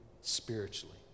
spiritually